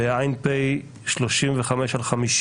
בע"פ 35/50,